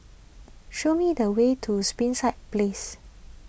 show me the way to Springside Place